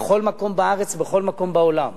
בכל מקום בארץ ובכל מקום בעולם.